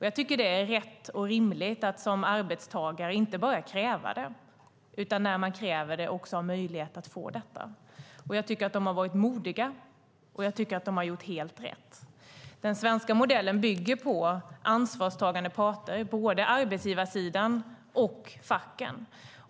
Jag tycker att det är rätt och rimligt att man som arbetstagare inte bara kräver det. När man kräver det ska man också ha möjlighet att få detta. Jag tycker att de har varit modiga, och jag tycker att de har gjort helt rätt. Den svenska modellen bygger på ansvarstagande parter. Det gäller både arbetsgivarsidan och facken.